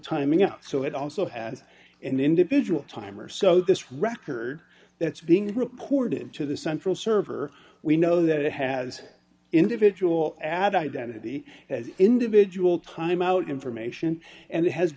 timing out so it also has an individual timer so this record that's being reported to the central server we know that it has individual ad identity as individual timeout information and it has